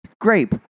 grape